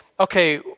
okay